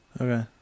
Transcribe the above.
Okay